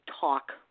talk